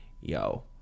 yo